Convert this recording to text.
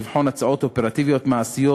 לבחון הצעות אופרטיביות מעשיות